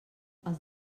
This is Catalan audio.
els